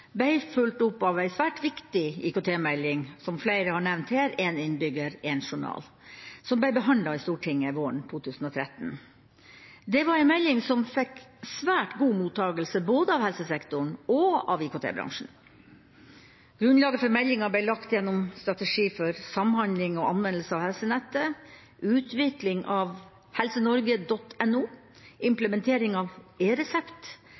ble fulgt opp av en svært viktig IKT-melding, Én innbygger – én journal, som flere har nevnt her, og som ble behandlet i Stortinget våren 2013. Det var en melding som fikk svært god mottakelse både av helsesektoren og av IKT-bransjen. Grunnlaget for meldinga ble lagt gjennom strategi for samhandling og anvendelse av helsenettet, utvikling av